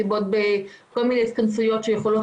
כל מיני התכנסויות שיכולות